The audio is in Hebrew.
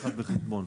בפריפריה.